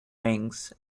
wings